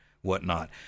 whatnot